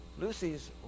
Lucy's